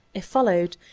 if followed,